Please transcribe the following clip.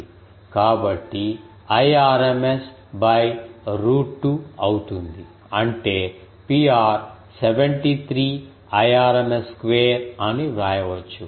కాబట్టి Irms by root 2 అవుతుంది అంటే Pr 73 Irms స్క్వేర్ అని వ్రాయవచ్చు